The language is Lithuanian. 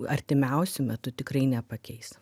artimiausiu metu tikrai nepakeis